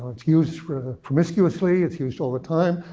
it's used sort of ah promiscuously. it's used all the time.